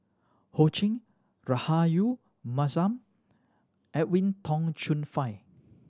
Ho Ching Rahayu Mahzam and Edwin Tong Chun Fai